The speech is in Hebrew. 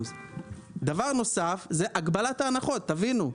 דבר נוסף - הגבלת ההנחות תבינו,